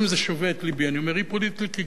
אני אומר: אי-פוליטיקלי-קורקט זה בסדר-גמור,